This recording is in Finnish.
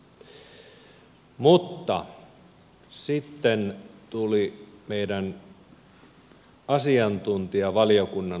mutta sitten tuli meidän asiantuntijavaliokunnan lausunto